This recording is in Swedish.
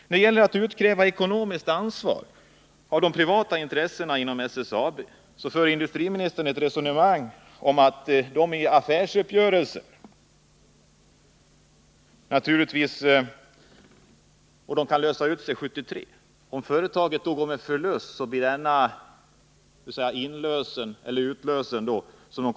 När det gäller att utkräva ekonomiskt ansvar av de privata intressena inom SSAB för industriministern ett resonemang om att affärsuppgörelsen innebär att de privata parternas aktievärden kan inlösas 1983. Om företaget går med förlust blir denna inlösen av mindre värde.